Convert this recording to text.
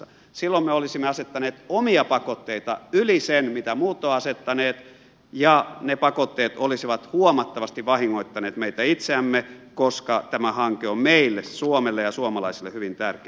silloin me olisimme asettaneet omia pakotteita yli sen mitä muut ovat asettaneet ja ne pakotteet olisivat huomattavasti vahingoittaneet meitä itseämme koska tämä hanke on meille suomelle ja suomalaisille hyvin tärkeä